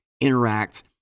interact